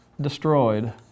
destroyed